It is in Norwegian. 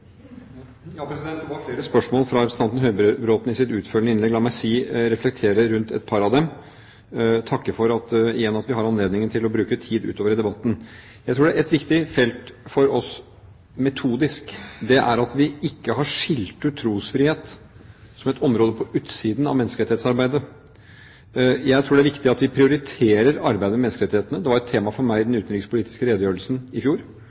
innlegg. La meg reflektere rundt et par av dem, og jeg takker igjen for at vi har anledning til å bruke tid utover i debatten. Jeg tror det er et viktig felt for oss metodisk at vi ikke har skilt ut trosfrihet som et område på utsiden av menneskerettighetsarbeidet. Jeg tror det er viktig at vi prioriterer arbeidet med menneskerettighetene. Det var et tema for meg i den utenrikspolitiske redegjørelsen i fjor.